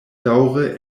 daŭre